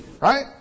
Right